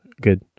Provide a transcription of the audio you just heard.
good